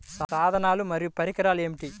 సాధనాలు మరియు పరికరాలు ఏమిటీ?